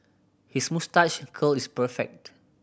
his moustache curl is perfect